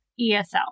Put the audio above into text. ESL